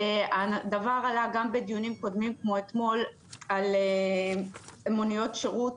הדבר עלה גם בדיונים קודמים כמו אתמול על מוניות שירות,